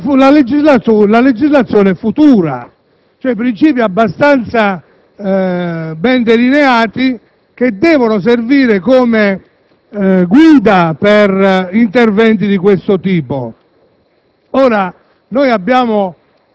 scuola per la legislazione futura, cioè principi abbastanza ben delineati che devono servire come guida per interventi di questo tipo.